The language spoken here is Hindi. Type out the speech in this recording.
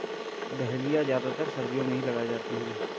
डहलिया ज्यादातर सर्दियो मे ही लगाये जाते है